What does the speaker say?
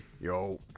Yo